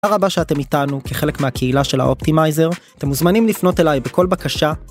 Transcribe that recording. תודה רבה שאתם איתנו, כחלק מהקהילה של האופטימייזר, אתם מוזמנים לפנות אליי בכל בקשה,